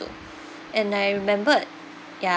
and I remembered ya